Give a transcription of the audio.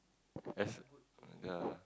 as ya